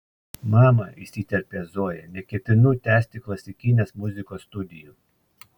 mama įsiterpia zoja neketinu tęsti klasikinės muzikos studijų